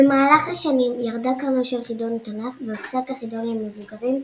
במהלך השנים ירדה קרנו של חידון התנ"ך והופסק החידון למבוגרים,